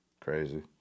crazy